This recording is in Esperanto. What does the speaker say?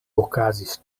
okazis